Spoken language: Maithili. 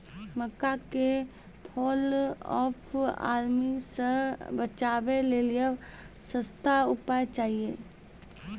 मक्का के फॉल ऑफ आर्मी से बचाबै लेली सस्ता उपाय चाहिए?